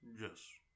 Yes